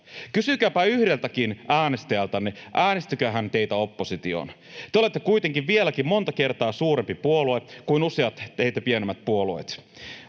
Kysykääpä yhdeltäkin äänestäjältänne, äänestikö hän teitä opposition. Te olette kuitenkin vieläkin monta kertaa suurempi puolue kuin useat teitä pienemmät puolueet.